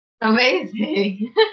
Amazing